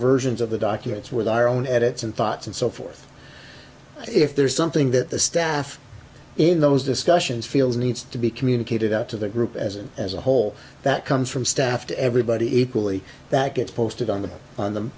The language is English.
versions of the documents with our own edits and thoughts and so forth if there is something that the staff in those discussions feels needs to be communicated out to the group as and as a whole that comes from staff to everybody equally that gets posted on the on the